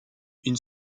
une